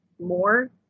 more